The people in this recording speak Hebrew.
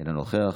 אינו נוכח,